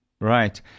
Right